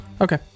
Okay